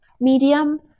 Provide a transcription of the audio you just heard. medium